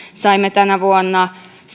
saimme tänä vuonna